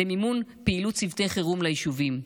למימון פעילות צוותי חירום ליישובים.